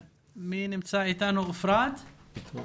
אפרת אלטהולץ מרום.